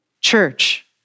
church